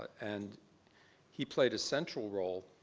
and he played a central role,